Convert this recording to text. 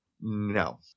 No